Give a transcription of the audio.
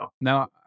Now